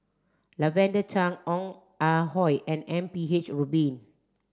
Lavender Chang Ong Ah Hoi and M P H Rubin